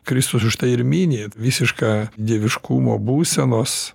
kristus už tai ir mini visišką dieviškumo būsenos